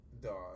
Dog